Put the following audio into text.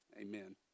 amen